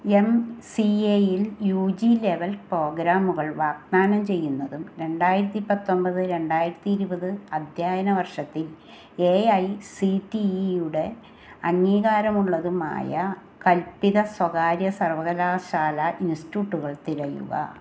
M C എയിൽ U G level പ്രോഗ്രാമുകൾ വാഗ്ദാനം ചെയ്യുന്നതും രണ്ടായിരത്തി പത്തൊമ്പത് രണ്ടായിരത്തി ഇരുപത് അധ്യയന വർഷത്തിൽ എ ഐ സി ടി ഇയുടെ അംഗീകാരം ഉള്ളതുമായ കൽപ്പിത സ്വകാര്യ സർവകലാശാല ഇൻസ്റ്റിറ്റ്യൂട്ടുകൾ തിരയുക